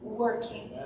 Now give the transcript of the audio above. working